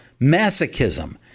masochism